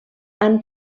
han